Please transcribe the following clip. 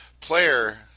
player